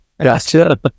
Gotcha